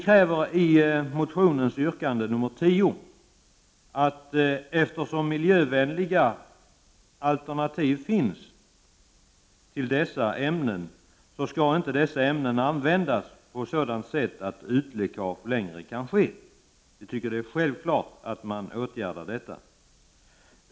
Eftersom miljövänliga alternativ finns, kräver vi i motionens yrkande nr 10 att dessa ämnen inte längre skall få användas på ett sådant sätt att utläckage sker. Vi tycker det är självklart att man åtgärdar detta.